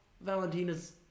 Valentina's